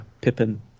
Pippin